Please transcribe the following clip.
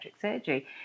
surgery